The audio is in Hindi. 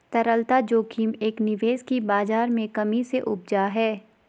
तरलता जोखिम एक निवेश की बाज़ार में कमी से उपजा है